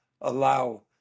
allow